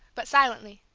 but silently.